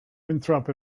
winthrop